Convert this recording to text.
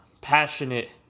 passionate